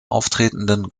auftretenden